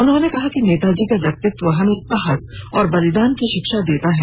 उन्होंने कहा कि नेताजी का व्यक्तित्व हमें साहस और बलिदान की शिक्षा देता है